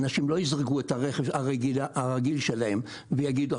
אנשים לא יזרקו את הרכב הרגיל שלהם ויגידו,